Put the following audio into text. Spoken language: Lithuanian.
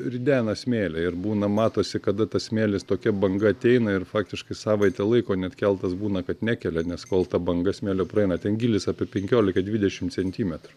ridena smėlį ir būna matosi kada tas smėlis tokia banga ateina ir faktiškai savaitę laiko net keltas būna kad nekelia nes kol ta banga smėlio praeina ten gylis apie penkiolika dvidešimt centimetrų